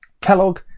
Kellogg